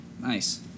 nice